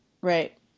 right